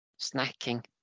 Snacking